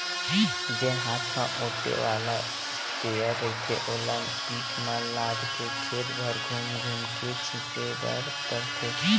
जेन हात म ओटे वाला इस्पेयर रहिथे ओला पीठ म लादके खेत भर धूम धूम के छिते बर परथे